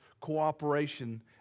cooperation